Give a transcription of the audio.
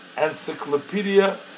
Encyclopedia